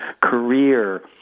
career